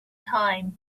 time